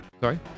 sorry